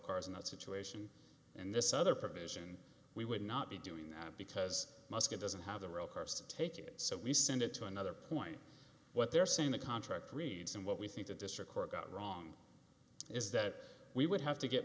cars in that situation and this other provision we would not be doing that because musket doesn't have the real cards to take it so we send it to another point what they're saying the contract reads and what we think the district court got wrong is that we would have to get